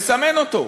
נסמן אותו,